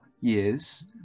years